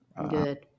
Good